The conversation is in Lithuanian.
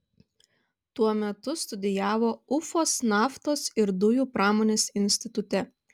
tuo metu studijavo ufos naftos ir dujų pramonės institute